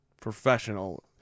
professional